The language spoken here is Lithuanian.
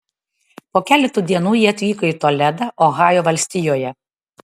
po keleto dienų jie atvyko į toledą ohajo valstijoje